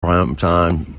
primetime